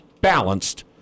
balanced